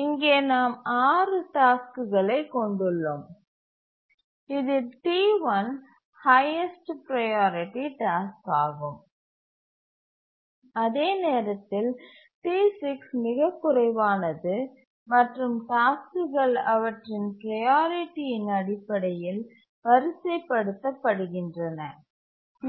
இங்கே நாம் 6 டாஸ்க்குகளை கொண்டுள்ளோம் இதில் T1 ஹைஎஸ்ட் ப்ரையாரிட்டி டாஸ்க் ஆகும் அதே நேரத்தில் T6 மிகக் குறைவானது மற்றும் டாஸ்க்குகள் அவற்றின் ப்ரையாரிட்டியின் அடிப்படையில் வரிசைப்படுத்தப்படுகின்றன